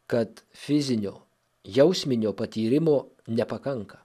kad fizinio jausminio patyrimo nepakanka